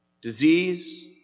Disease